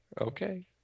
Okay